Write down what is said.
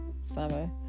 summer